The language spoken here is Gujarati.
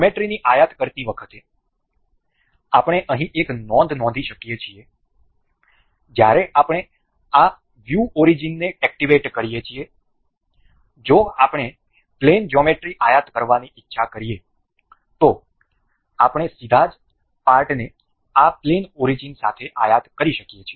જ્યોમેટ્રીની આયાત કરતી વખતે આપણે અહીં એક નોંધ નોંધી શકીએ છીએ જ્યારે આપણે આ વ્યૂ ઓરીજીનને એક્ટિવેટ કરીએ છીએ જો આપણે પ્લેન જ્યોમેટ્રી આયાત કરવાની ઇચ્છા કરીએ તો આપણે સીધા જ પાર્ટને આ પ્લેન ઓરીજીન સાથે આયાત કરી શકીએ